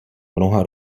mnoha